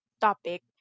topic